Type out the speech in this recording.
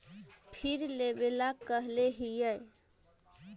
फिर लेवेला कहले हियै?